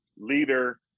leader